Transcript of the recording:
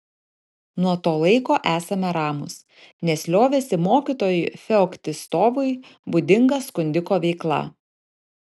nuo to laiko esame ramūs nes liovėsi mokytojui feoktistovui būdinga skundiko veikla